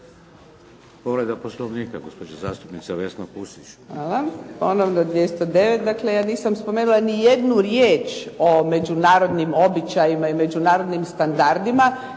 Povreda Poslovnika gospođa zastupnica Vesna Pusić. **Pusić, Vesna (HNS)** Hvala. Ponovo 209. Dakle ja nisam spomenula niti jednu riječ o međunarodnim običajima i međunarodnim standardima